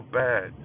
bad